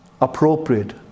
appropriate